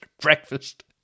Breakfast